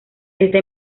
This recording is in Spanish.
esta